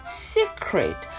secret